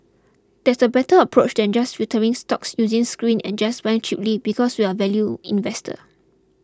that's a better approach than just filtering stocks using screens and just buying cheaply because we're value investors